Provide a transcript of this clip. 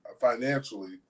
financially